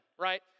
Right